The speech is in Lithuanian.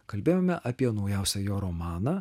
kalbėjome apie naujausią jo romaną